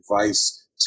advice